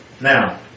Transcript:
Now